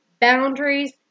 boundaries